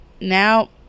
Now